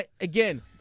Again